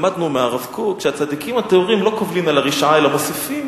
למדנו מהרב קוק שהצדיקים הטהורים לא קובלים על הרשעה אלא מוסיפים